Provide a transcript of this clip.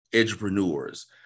entrepreneurs